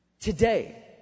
Today